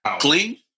Clean